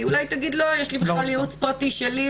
כי אולי היא תגיד שיש לה ייעוץ פרטי שלה,